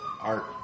art